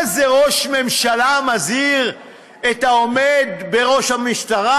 מה זה, ראש ממשלה מזהיר את העומד בראש המשטרה?